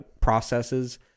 processes